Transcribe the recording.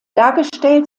dargestellt